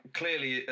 clearly